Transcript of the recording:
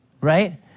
right